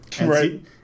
Right